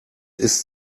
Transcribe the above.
ist